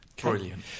Brilliant